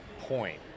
point